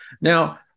Now